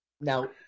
Now